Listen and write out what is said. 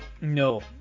no